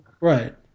Right